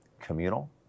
communal